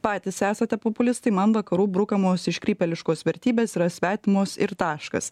patys esate populistai man vakarų brukamos iškrypėliškos vertybės yra svetimos ir taškas